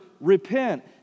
repent